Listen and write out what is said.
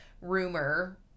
rumor